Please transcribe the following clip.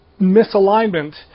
misalignment